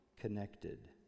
connected